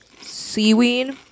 seaweed